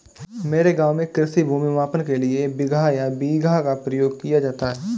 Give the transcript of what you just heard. मेरे गांव में कृषि भूमि मापन के लिए बिगहा या बीघा का प्रयोग किया जाता है